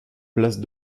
place